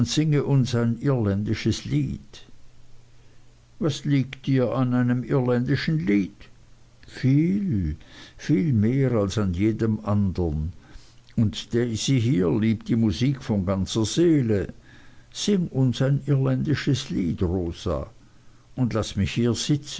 singe uns ein irländisches lied was liegt dir an einem irländischen lied viel viel mehr als an jedem andern und daisy hier liebt die musik von ganzer seele sing uns ein irländisches lied rosa und laß mich hier sitzen